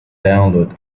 download